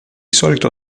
solito